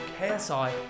KSI